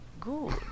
good